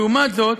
לעומת זאת,